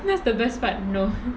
that's the best part no